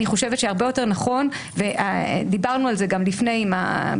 אני חושבת שהרבה יותר נכון ודיברנו על זה גם לפני כן עם החברים